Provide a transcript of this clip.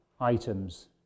items